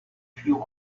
few